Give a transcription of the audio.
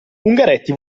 ungaretti